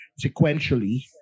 sequentially